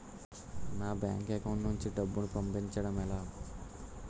నా bank account నుంచి డబ్బును పంపించడం ఎలా?